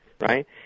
Right